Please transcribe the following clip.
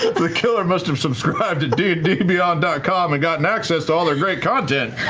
the killer must've subscribed to dndbeyond dot com and gotten access to all their great content.